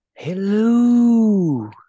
Hello